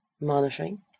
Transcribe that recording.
monitoring